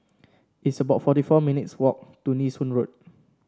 it's about forty four minutes walk to Nee Soon Road